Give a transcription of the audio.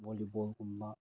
ꯕꯣꯜꯂꯤꯕꯣꯜꯒꯨꯝꯕ